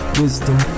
wisdom